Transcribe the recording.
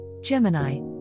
Gemini